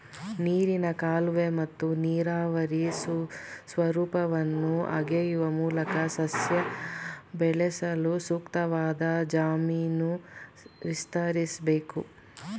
ನೀರಿನ ಕಾಲುವೆ ಮತ್ತು ನೀರಾವರಿ ಸ್ವರೂಪವನ್ನು ಅಗೆಯುವ ಮೂಲಕ ಸಸ್ಯ ಬೆಳೆಸಲು ಸೂಕ್ತವಾದ ಜಮೀನು ವಿಸ್ತರಿಸ್ಬೇಕು